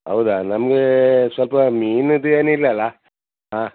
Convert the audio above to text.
ಹೌದಾ ನಮಗೆ ಸ್ವಲ್ಪ ಮೀನಿನದು ಏನಿಲ್ಲ ಅಲ್ಲ ಹಾಂ